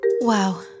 Wow